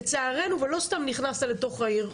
לא סתם נכנסת לתוך העיר.